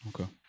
Okay